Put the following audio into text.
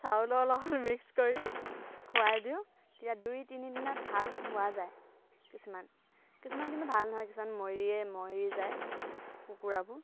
চাউলৰ লগত মিক্স কৰি খোৱাই দিওঁ তেতিয়া দুই তিনিদিনত ভাল হোৱা যায় কিছুমান কিছুমান কিন্তু ভাল নহয় কিছুমান মৰিয়ে মৰি যায় কুকুৰাবোৰ